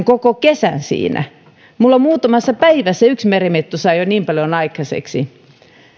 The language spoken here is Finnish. koko kesän siinä minulla muutamassa päivässä yksi merimetso sai jo niin paljon aikaiseksi